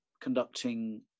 conducting